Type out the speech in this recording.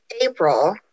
april